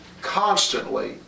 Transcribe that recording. constantly